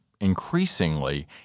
increasingly